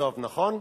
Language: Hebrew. השמינית, דב, נכון?